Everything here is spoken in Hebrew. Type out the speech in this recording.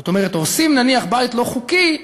זאת אומרת, הורסים, נניח, בית לא חוקי,